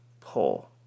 pull